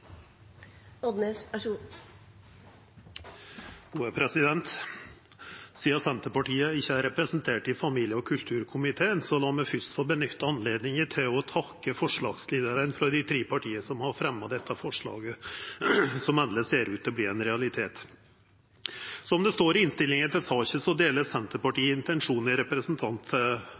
representert i familie- og kulturkomiteen, la meg fyrst få nytta høvet til å takka forslagsstillarane frå dei tre partia som har fremja dette forslaget, som endeleg ser ut til å verta ein realitet. Som innstillinga til saka er, deler Senterpartiet